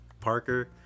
Parker